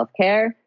healthcare